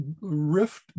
rift